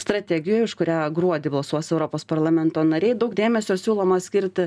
strategijoj už kurią gruodį balsuos europos parlamento nariai daug dėmesio siūloma skirti